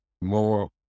more